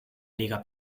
liga